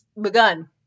begun